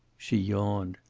she yawned.